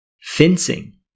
fencing